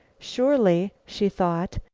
surely, she thought,